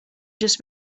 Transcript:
just